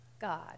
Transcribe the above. God